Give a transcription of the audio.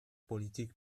politik